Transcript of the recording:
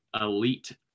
elite